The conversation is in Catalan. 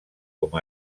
com